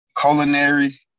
culinary